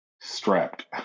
strapped